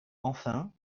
enfin